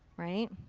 right.